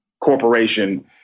corporation